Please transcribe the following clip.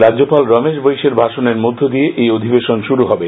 রাজ্যপাল রমেশ বৈশএর ভাষণের মধ্য দিয়ে এই অধিবেশন শুরু হবে